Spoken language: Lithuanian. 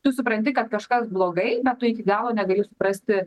tu supranti kad kažkas blogai bet tu iki galo negali suprasti